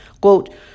quote